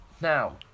Now